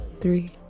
three